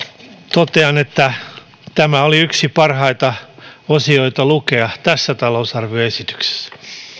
totean että tämä oli yksi parhaita osioita lukea tässä talousarvioesityksessä